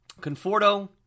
Conforto